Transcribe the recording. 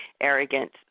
arrogant